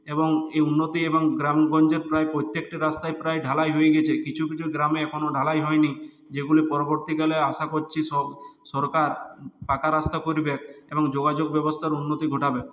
এবং এই উন্নতি এবং গ্রাম গঞ্জের প্রায় প্রত্যেকটা রাস্তাই প্রায় ঢালাই হয়ে গেছে কিছু কিছু গ্রামে এখনও ঢালাই হয়নি যেগুলি পরবর্তীকালে আশা করছি সব সরকার পাকা রাস্তা করবে এবং যোগাযোগ ব্যবস্থার উন্নতি ঘটাবে